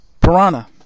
Piranha